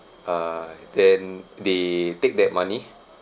uh then they take that money